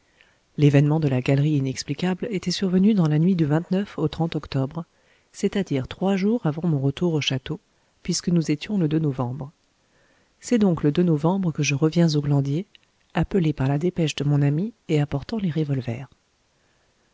l'événement de la galerie inexplicable était survenu dans la nuit du au octobre c'est-à-dire trois jours avant mon retour au château puisque nous étions le novembre c'est donc le novembre que je reviens au glandier appelé par la dépêche de mon ami et apportant les revolvers